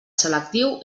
selectiu